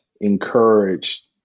encouraged